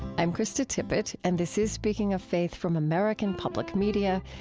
i'm krista tippett, and this is speaking of faith from american public media.